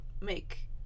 make